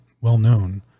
well-known